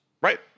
right